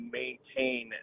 maintain